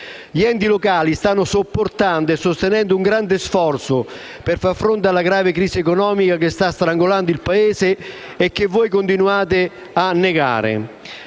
Gli enti locali stanno sopportando e sostenendo un grande sforzo per far fronte alla grave crisi economica che sta strangolando il Paese e che voi continuate a negare.